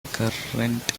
recurrent